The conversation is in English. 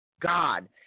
God